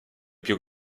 più